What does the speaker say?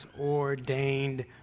ordained